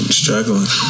struggling